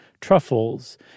truffles